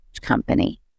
company